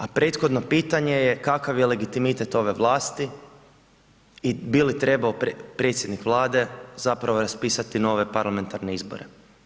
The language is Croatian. A prethodno pitanje je kakav je legitimitet ove vlasti i bi li trebao predsjednik Vlade zapravo raspisati nove parlamentarne izbore.